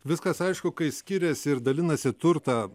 viskas aišku kai skiriasi ir dalinasi turtą